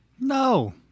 No